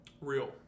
Real